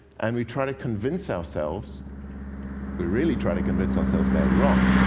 and we try to convince ourselves we really try to convince ourselves they're wrong.